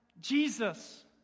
Jesus